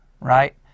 Right